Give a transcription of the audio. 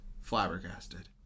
flabbergasted